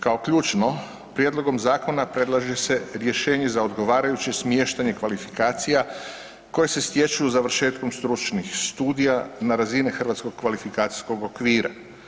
Kao ključno prijedlogom zakona predlaže se rješenje za odgovarajuće smještanje kvalifikacija koje se stječu završetkom stručnih studija na razini hrvatskog kvalifikacijskog okvira.